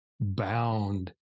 bound